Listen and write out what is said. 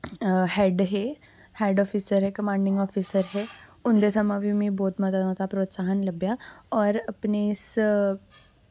head हे head officer हे commanding officer हे उंदे थमां वी मिगी बोह्त मता मता प्रतोसाह्न लब्भेआ और अपनी इस